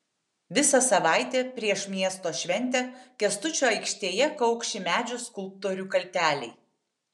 visą savaitę prieš miesto šventę kęstučio aikštėje kaukši medžio skulptorių kalteliai